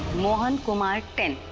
mohan kumar in